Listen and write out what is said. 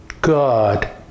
God